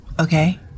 Okay